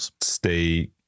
stay